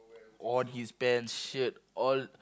on his pants shirt all